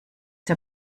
der